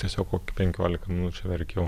tiesiog kokį penkiolika minučių verkiau